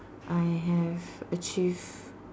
I have achieved